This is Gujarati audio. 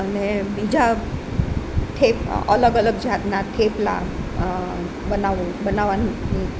અને બીજા અલગ અલગ જાતનાં થેપલા બનાવવાનું